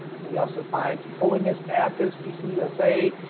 we also find some holiness baptist pc, usa.